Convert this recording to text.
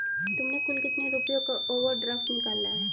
तुमने कुल कितने रुपयों का ओवर ड्राफ्ट निकाला है?